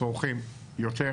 צורכים יותר,